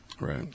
Right